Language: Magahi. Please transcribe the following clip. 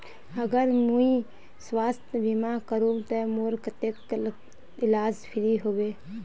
अगर मुई स्वास्थ्य बीमा करूम ते मोर कतेक तक इलाज फ्री होबे?